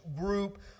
group